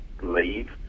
leave